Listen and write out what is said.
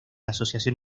asociación